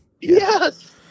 Yes